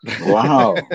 Wow